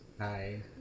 Hi